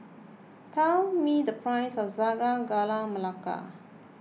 tell me the price of Sago Gula Melaka